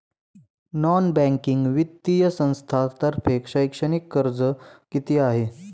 Non banking वित्तीय संस्थांतर्फे शैक्षणिक कर्ज किती आहे?